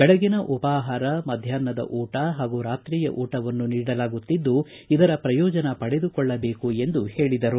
ದೆಳಗಿನ ಉಪಾಹಾರ ಮಧ್ಯಾಹ್ಯದ ಊಟ ಹಾಗೂ ರಾತ್ರಿಯ ಊಟವನ್ನು ನೀಡಲಾಗುತ್ತಿದ್ದು ಇದರ ಪ್ರಯೋಜನ ಪಡೆದುಕೊಳ್ಳಬೇಕು ಎಂದು ಹೇಳಿದರು